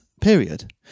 period